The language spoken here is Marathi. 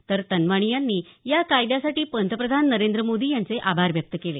तर तनवाणी यांनी या कायद्यासाठी पंतप्रधान नरेंद्र मोदी यांचे आभार व्यक्त केले